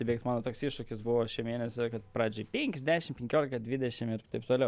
įveikt mano toks iššūkis buvo šį mėnesį pradžiai penkis dešim penkiolika dvidešim ir taip toliau